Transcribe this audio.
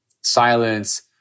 silence